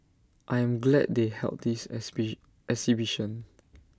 I am glad they held this exhibition